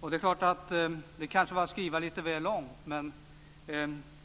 Det var kanske en litet väl lång skrivning, men